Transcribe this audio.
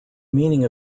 meaning